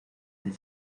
del